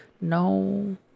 No